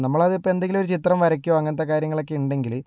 നമ്മൾ അത് ഇപ്പോൾ എന്തെങ്കിലും ഒരു ചിത്രം വരയ്ക്കുവോ അങ്ങനത്തെ കാര്യം ഒക്കെ ഉണ്ടെങ്കില്